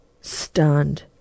stunned